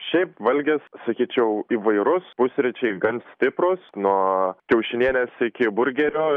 šiaip valgis sakyčiau įvairus pusryčiai gan stiprūs nuo kiaušinienės iki burgerio